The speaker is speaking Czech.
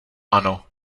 ano